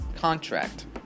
contract